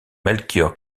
melchior